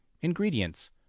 Ingredients